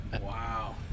Wow